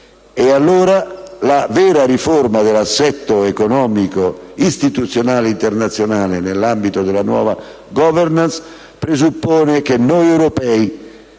Allora, la vera riforma dell'assetto economico istituzionale e internazionale nell'ambito della nuova *governance* presuppone che noi europei